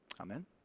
Amen